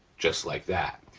just like that,